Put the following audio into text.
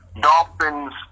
Dolphins